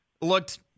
looked